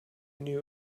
knew